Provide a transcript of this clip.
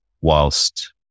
whilst